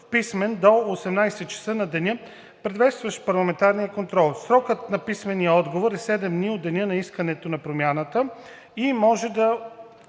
писмен до 18,00 ч. на деня, предшестващ парламентарния контрол. Срокът за писмения отговор е 7 дни от деня на искането на промяната и може да